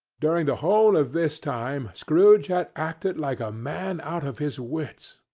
during the whole of this time, scrooge had acted like a man out of his wits.